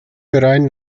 verein